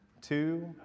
two